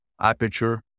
aperture